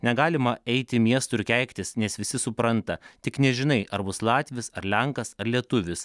negalima eiti miestu ir keiktis nes visi supranta tik nežinai ar bus latvis ar lenkas ar lietuvis